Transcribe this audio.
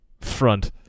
front